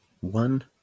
one-